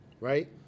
right